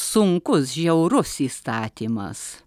sunkus žiaurus įstatymas